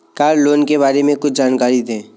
Car loan के बारे में कुछ जानकारी दें?